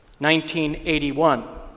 1981